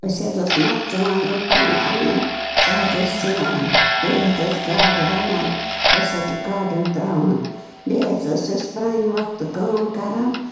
أسۍ حظ ٲسۍ مرژٕوانٛگن پَن اَنان سُہ حظ ٲسۍ سِوان بیٚیہِ حظ ٲسۍ گاڈٕ رَنان أسۍ حظ گاڈن تَراوان بیٚیہِ حظ ٲسۍ أسۍ پَرٛانہِ وقتہٕ کٲم کَران